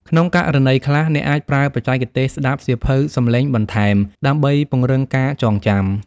ក្នុងករណីខ្លះ អ្នកអាចប្រើបច្ចេកទេសស្ដាប់សៀវភៅសំឡេងបន្ថែម ដើម្បីពង្រឹងការចងចាំ។